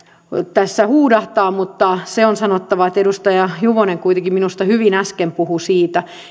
tässä huudahtaa ei enää ole paikalla mutta se on sanottava että edustaja juvonen kuitenkin minusta hyvin äsken puhui siitä